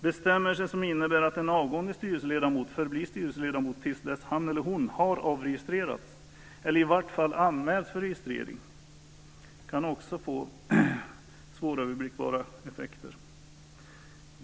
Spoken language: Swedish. Bestämmelser som innebär att en avgående styrelseledamot förblir styrelseledamot till dess han eller hon har avregistrerats, eller i vart fall anmälts för registrering, kan också få svåröverblickbara effekter.